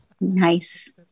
Nice